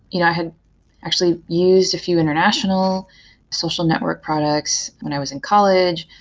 you know i had actually used a few international social network products when i was in college.